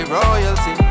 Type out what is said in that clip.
royalty